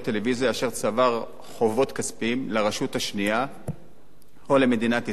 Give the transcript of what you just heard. טלוויזיה אשר צבר חובות כספיים לרשות השנייה או למדינת ישראל.